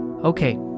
Okay